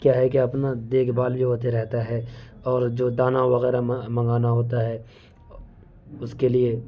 کیا ہے کیا اپنا دیکھ بھال بھی ہوتے رہتا ہے اور جو دانہ وغیرہ منگانا ہوتا ہے اس کے لیے